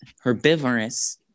herbivorous